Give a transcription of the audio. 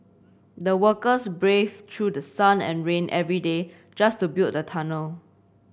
the workers braved through sun and rain every day just to build the tunnel